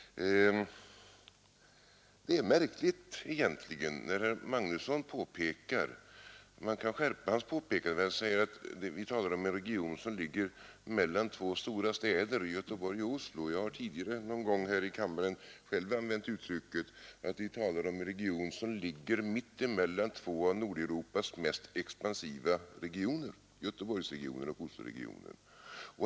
Man kan skärpa herr Magnussons påpekande att det är fråga om en region som ligger mellan två stora städer, Göteborg och Oslo. Jag har tidigare någon gång här i kammaren själv använt uttrycket att vi här talar om en bygd som ligger mitt emellan två av Nordeuropas mest expansiva regioner, Göteborgsregionen och Osloregionen.